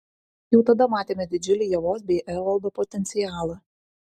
jau tada matėme didžiulį ievos bei evaldo potencialą